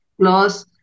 plus